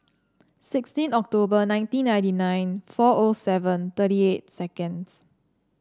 sixteen October nineteen ninety nine four O seven thirty eight seconds